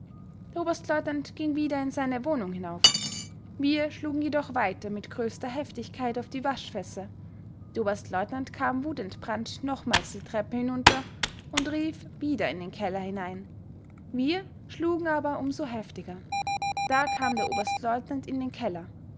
der oberstleutnant ging wieder in seine wohnung hinauf wir schlugen jedoch weiter mit größter heftigkeit auf die waschfässer der oberstleutnant kam wutentbrannt nochmals die treppe hinunter und rief wieder in den keller hinein wir schlugen aber um so heftiger da kam der oberstleutnant in den keller